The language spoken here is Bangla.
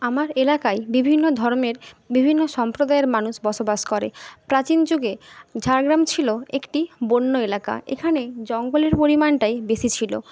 আমার এলাকায় বিভিন্ন ধর্মের বিভিন্ন সম্প্রদায়ের মানুষ বসবাস করে প্রাচীন যুগে ঝাড়গ্রাম ছিল একটি বন্য এলাকা এখানে জঙ্গলের পরিমাণটাই বেশি ছিল